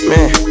Man